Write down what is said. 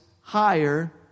higher